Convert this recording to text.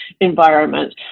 environment